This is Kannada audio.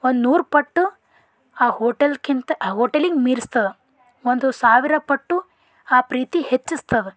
ಒಂದು ನೂರು ಪಟ್ಟು ಆ ಹೋಟೆಲ್ಗಿಂತ ಆ ಹೋಟೆಲಿಗೆ ಮೀರಿಸ್ತದೆ ಒಂದು ಸಾವಿರ ಪಟ್ಟು ಆ ಪ್ರೀತಿ ಹೆಚ್ಚಿಸ್ತದೆ